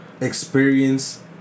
experience